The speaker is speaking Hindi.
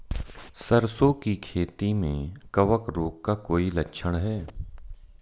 सरसों की खेती में कवक रोग का कोई लक्षण है?